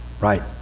right